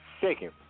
second